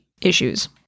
issues